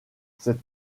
cette